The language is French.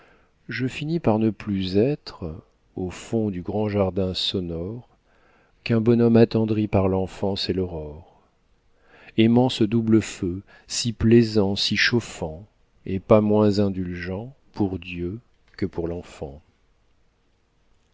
je finis par ne plus être au fond du grand jardin sonore qu'un bonhomme attendri par l'enfance et l'aurore aimant ce double feu s'y plaisant s'y chauffant et pas moins indulgent pour dieu que pour l'enfant